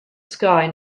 sky